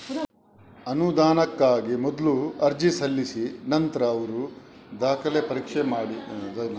ಅನುದಾನಕ್ಕಾಗಿ ಮೊದ್ಲು ಅರ್ಜಿ ಸಲ್ಲಿಸಿ ನಂತ್ರ ಅವ್ರು ದಾಖಲೆ ಪರೀಕ್ಷೆ ಮಾಡಿ ಸರಿ ಅಂತ ಅನ್ಸಿದ್ರೆ ಕೊಡ್ತಾರೆ